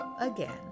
again